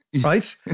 right